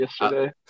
yesterday